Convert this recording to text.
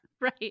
Right